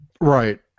Right